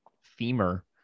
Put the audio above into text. femur